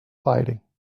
fighting